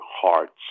hearts